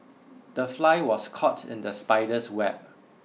the fly was caught in the spider's web